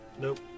Nope